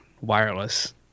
wireless